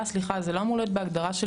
סליחה, זה לא אמור להיות בהגדרה של